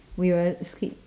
we will skip